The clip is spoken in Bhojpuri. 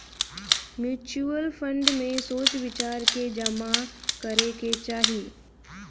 म्यूच्यूअल फंड में सोच विचार के जामा करे के चाही